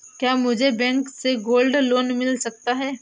क्या मुझे बैंक से गोल्ड लोंन मिल सकता है?